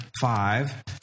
five